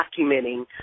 documenting